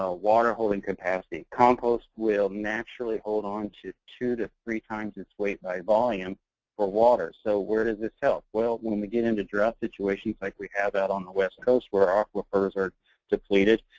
ah water holding capacity. compost will naturally hold on to two to three times its weight by volume for water. so where does this help? when we get into drought situations like we have out on the west coast, where our aquifers are depleted,